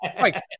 Mike